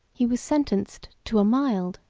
he was sentenced to a mild,